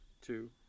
Two